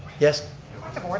yes. point